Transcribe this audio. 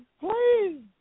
please